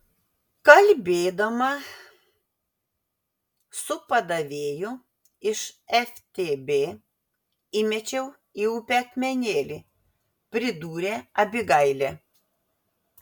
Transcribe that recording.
kalbėdama su padavėju iš ftb įmečiau į upę akmenėlį pridūrė abigailė